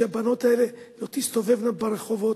שהבנות האלה לא תסתובבנה ברחובות,